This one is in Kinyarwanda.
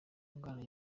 indwara